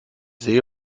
sehe